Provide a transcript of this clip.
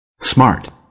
smart